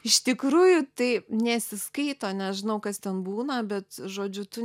iš tikrųjų tai nesiskaito nežinau kas ten būna bet žodžiu tu